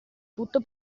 tutto